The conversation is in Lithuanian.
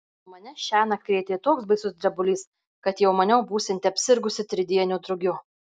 mane šiąnakt krėtė toks baisus drebulys kad jau maniau būsianti apsirgusi tridieniu drugiu